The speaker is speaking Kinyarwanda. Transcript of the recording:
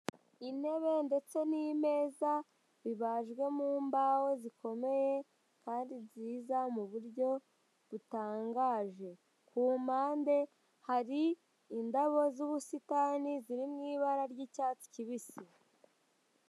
Intebe ndetse n'imeza bibajwe mu mbaho zikomeye kandi nziza mu buryo butangaje. Ku mpande hari indabo z'ubusitani, ziri mu ibara ry'icyatsi kibisi.